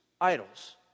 idols